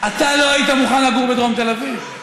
אתה לא היית מוכן לגור בדרום תל אביב.